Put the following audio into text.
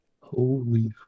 Holy